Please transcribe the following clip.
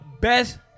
best